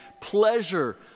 pleasure